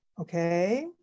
okay